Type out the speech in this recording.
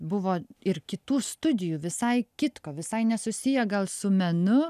buvo ir kitų studijų visai kitko visai nesusiję gal su menu